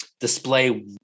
display